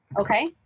okay